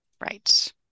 Right